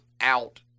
out